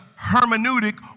hermeneutic